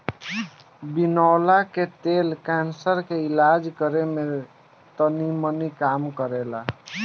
बिनौला के तेल कैंसर के इलाज करे में तनीमनी काम करेला